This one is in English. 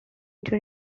into